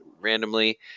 randomly